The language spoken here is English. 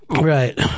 Right